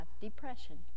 depression